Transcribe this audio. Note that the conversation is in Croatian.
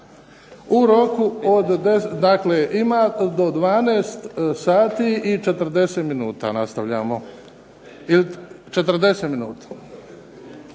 U roku od 10, dakle ima do 12 sati i 40 minuta nastavljamo, ili, 40 minuta.